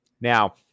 Now